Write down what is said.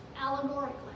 allegorically